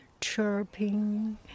chirping